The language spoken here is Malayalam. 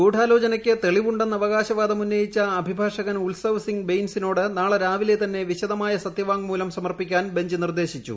ഗൂഢാലോചനയ്ക്ക് ത്രെളിവു് ന് അവകാശവാദമുന്നയിച്ച അഭിഭാഷകൻ ഉത്സവ് സിംഗ് ബെയിൻസിനോട് നാളെ രാവിലെ തന്നെ വിശദമായ സത്യവാങ്മൂലം സമർപ്പിക്കാൻ ബഞ്ച് നിർദ്ദേശിച്ചു